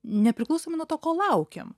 nepriklausomai nuo to ko laukiam